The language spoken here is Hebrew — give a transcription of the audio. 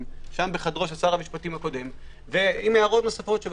בחדרו של שר המשפטים הקודם עם הערות נוספות.